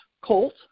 colt